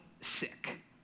sick